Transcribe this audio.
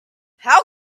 how